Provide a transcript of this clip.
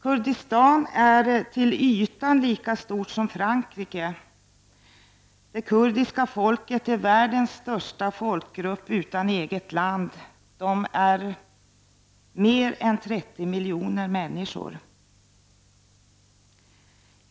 Kurdistan är till ytan lika stort som Frankrike, och det kurdiska folket som är världens största folkgrupp utan eget land utgör mer än 30 miljoner människor.